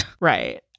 Right